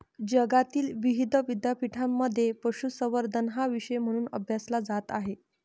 जगातील विविध विद्यापीठांमध्ये पशुसंवर्धन हा विषय म्हणून अभ्यासला जात आहे